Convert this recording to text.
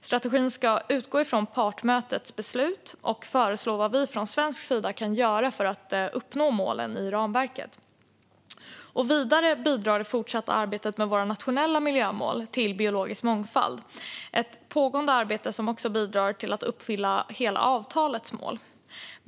Strategin ska utgå från partsmötets beslut och föreslå vad vi från svensk sida kan göra för att uppnå målen i ramverket. Vidare bidrar det fortsatta arbetet med våra nationella miljömål till biologisk mångfald, ett pågående arbete som också bidrar till att uppfylla hela avtalets mål.